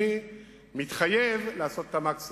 אני מתחייב לעשות את המקסימום.